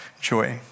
joy